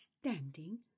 standing